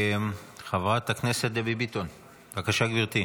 חברת הכנסת דבי ביטון, בבקשה, גברתי.